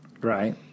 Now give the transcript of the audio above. right